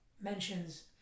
Mentions